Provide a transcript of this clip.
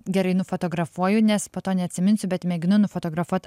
gerai nufotografuoju nes po to neatsiminsiu bet mėginu nufotografuot